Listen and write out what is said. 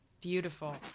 Beautiful